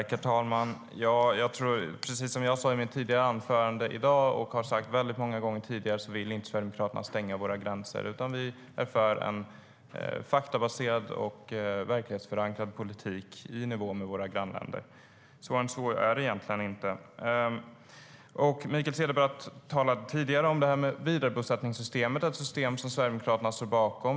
Herr talman! Precis som jag sa i mitt anförande i dag och har sagt många gånger tidigare vill inte Sverigedemokraterna stänga våra gränser. Vi är för en faktabaserad och verklighetsförankrad politik i nivå med våra grannländers. Svårare än så är det egentligen inte. Mikael Cederbratt talade tidigare om vidarebosättningssystemet, ett system som Sverigedemokraterna står bakom.